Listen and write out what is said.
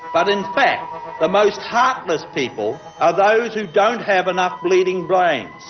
but in fact the most heartless people are those who don't have enough bleeding brains.